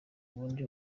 ubundi